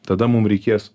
tada mum reikės